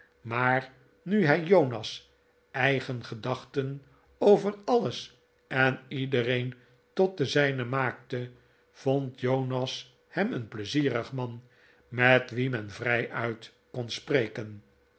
maar nu hij jonas eigen gedachten over alles en iedereen tot de zijne maakte vond jonas hem een pleizierig man met wien men vrijuit kon spreken